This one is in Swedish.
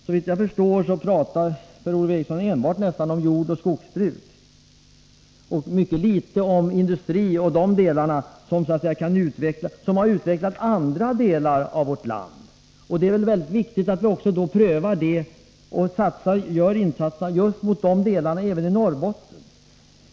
Såvitt jag förstår talar Per-Ola Eriksson nästan enbart om jordoch skogsbruk och mycket litet om industri och annan verksamhet, som har utvecklat andra delar av vårt land. Det är mycket viktigt att göra satsningar på dessa delar även i Norrbotten!